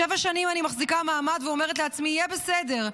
שבע שנים אני מחזיקה מעמד ואומרת לעצמי: יהיה בסדר,